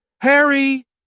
Harry